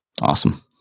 awesome